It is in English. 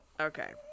okay